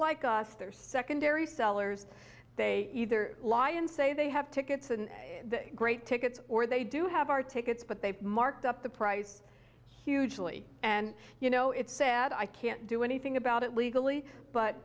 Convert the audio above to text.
like us their secondary sellers they either lie and say they have tickets and the great tickets or they do have our tickets but they've marked up the price hugely and you know it's sad i can't do anything about it legally but